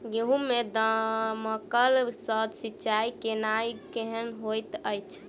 गेंहूँ मे दमकल सँ सिंचाई केनाइ केहन होइत अछि?